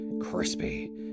Crispy